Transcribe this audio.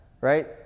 right